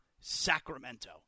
Sacramento